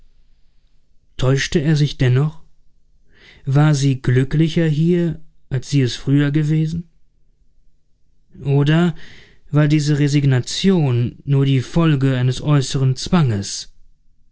täuschte er sich dennoch war sie glücklicher hier als sie es früher gewesen oder war diese resignation nur die folge eines äußeren zwanges